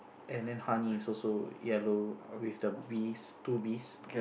and then honey is also yellow with the bees two bees